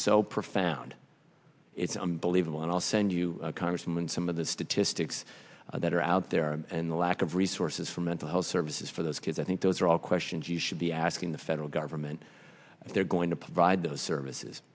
so profound it's unbelievable and i'll send you congressman some of the statistics that are out there and the lack of resources for mental health services for those kids i think those are all questions you should be asking the federal government if they're going to provide those services